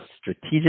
strategic